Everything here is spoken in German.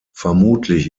vermutlich